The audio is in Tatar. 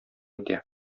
итә